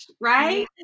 right